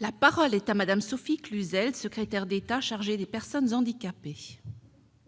La parole est à Mme la secrétaire d'État chargée des personnes handicapées.